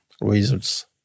results